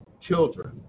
children